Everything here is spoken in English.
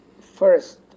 first